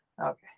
okay